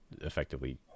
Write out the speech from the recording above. effectively